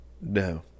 No